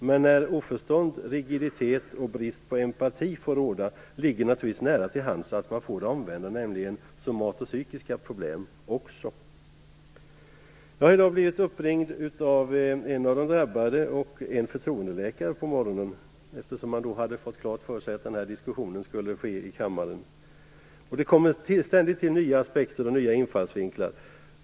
Men när oförstånd, rigiditet och brist på empati får råda, ligger det naturligtvis nära till hands att man får det omvända, alltså somatopsykiska problem. Jag har i dag på morgonen blivit uppringd av en av de drabbade och av en förtroendeläkare. De hade fått klart för sig att denna diskussion i kammaren skulle bli av. Det kommer ständigt till nya aspekter och nya infallsvinklar.